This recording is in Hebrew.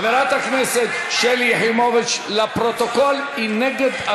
חברת הכנסת שלי יחימוביץ, לפרוטוקול, היא נגד.